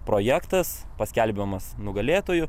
projektas paskelbiamas nugalėtoju